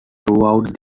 throughout